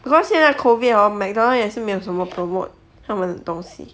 because 现在 COVID hor mcdonald 也是没有什么 promote 他们的东西